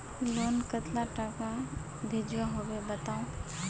Loan कतला टाका भेजुआ होबे बताउ?